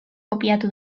kopiatu